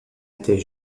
était